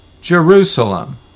Jerusalem